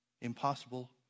impossible